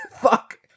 fuck